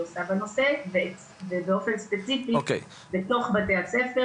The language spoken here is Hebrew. עושה בנושא ובאופן ספציפי בתוך בתי הספר,